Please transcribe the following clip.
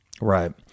right